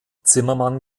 zimmermann